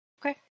Okay